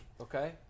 Okay